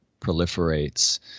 proliferates